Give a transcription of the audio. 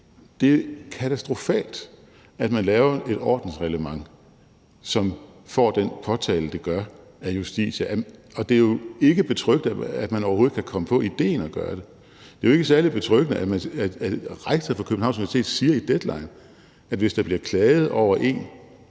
Det er katastrofalt, at man laver et ordensreglement, som får den påtale af Justitia, som det gør, og det er jo ikke betryggende, at man overhovedet kan komme på idéen at gøre det. Det er jo ikke særlig betryggende, at rektor for Københavns Universitet i Deadline siger, at hvis der bliver klaget over en